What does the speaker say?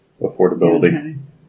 affordability